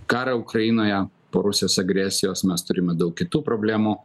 karą ukrainoje po rusijos agresijos mes turime daug kitų problemų